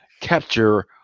capture